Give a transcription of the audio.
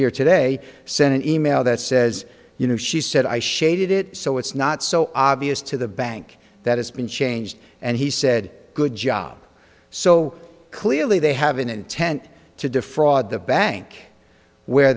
here today sent an e mail that says you know she said i shaded it so it's not so obvious to the bank that it's been changed and he said good job so clearly they have an intent to defraud the bank where